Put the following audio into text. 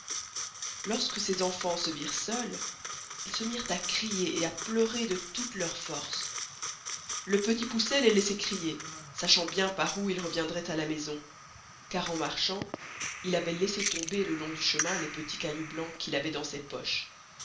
que ces enfans se virent seuls il se mirent à crier et à pleurer de toute leur force le petit poucet les laissoit crier sçachant bien par où il reviendroit à la maison car en marchant il avoit laissé tomber le long du chemin les petits cailloux blancs qu'il avoit dans ses poches